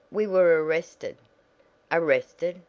we were arrested arrested!